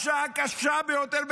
השעה הקשה ביותר בחיינו,